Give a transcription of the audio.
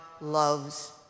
loves